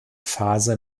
phase